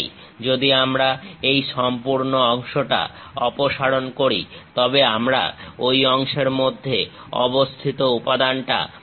যদি আমরা এই সম্পূর্ণ অংশটা অপসারণ করি তবে আমরা ঐ অংশের মধ্যে অবস্থিত উপাদানটা পাবো